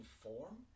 form